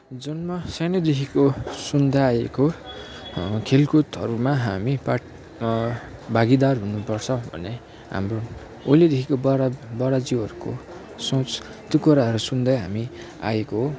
जुन म सानैदेखिको सुन्दै आएको खेलकुदहरूमा हामी पाट् भागिदार हुनुपर्छ भन्ने हाम्रो उहिलेदेखिको बढा बढाज्यूहरूको सोच त्यो कुराहरू सुन्दै हामी आएको हो